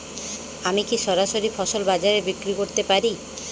আমি কি সরাসরি ফসল বাজারে বিক্রি করতে পারি?